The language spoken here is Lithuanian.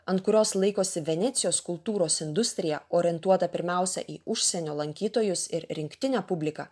ant kurios laikosi venecijos kultūros industrija orientuota pirmiausia į užsienio lankytojus ir rinktinę publiką